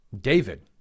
David